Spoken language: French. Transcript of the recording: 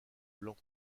blanc